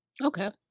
Okay